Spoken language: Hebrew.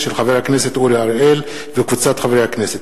של חבר הכנסת אורי אריאל וקבוצת חברי הכנסת.